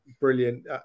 brilliant